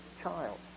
child